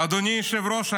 אדוני היושב-ראש,